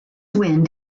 wind